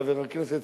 חבר הכנסת,